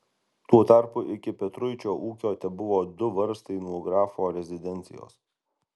tuo tarpu iki petruičio ūkio tebuvo du varstai nuo grafo rezidencijos